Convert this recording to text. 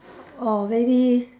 or maybe